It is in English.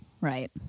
Right